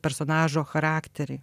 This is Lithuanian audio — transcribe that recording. personažo charakterį